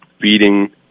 feeding